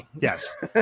Yes